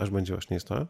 aš bandžiau aš neįstojau